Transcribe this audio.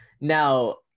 Now